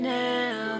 now